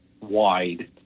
wide